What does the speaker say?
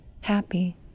happy